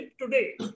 today